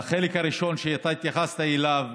לחלק הראשון שהתייחסת אליו,